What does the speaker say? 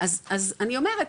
אז אני אומרת,